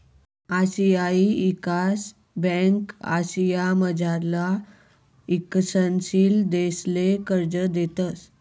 आशियाई ईकास ब्यांक आशियामझारला ईकसनशील देशसले कर्ज देतंस